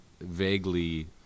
vaguely